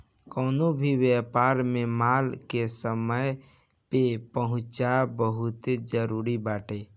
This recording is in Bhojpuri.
कवनो भी व्यापार में माल के समय पे पहुंचल बहुते जरुरी बाटे